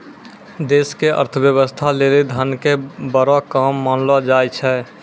देश के अर्थव्यवस्था लेली धन के बड़ो काम मानलो जाय छै